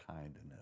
kindness